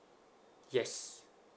yes